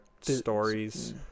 stories